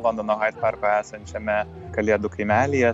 londono haid parko esančiame kalėdų kaimelyje